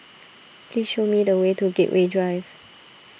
please show me the way to Gateway Drive